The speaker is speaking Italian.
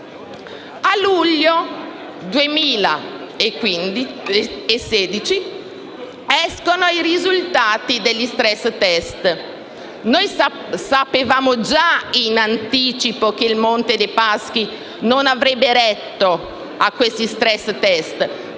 a luglio 2016, escono i risultati degli *stress test*. Noi sapevamo già in anticipo che il Monte dei Paschi di Siena non avrebbe retto agli *stress test*,